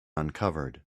uncovered